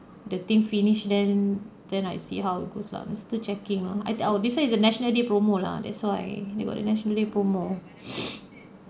the thing finished then then I see how it goes lah I'm still checking ah our business is a national day promo lah that's why they got the national day promo